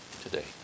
today